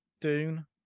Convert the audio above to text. Dune